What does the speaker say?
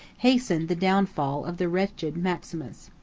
hastened the downfall of the wretched maximus.